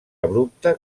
abrupte